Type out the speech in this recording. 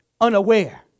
unaware